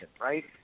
right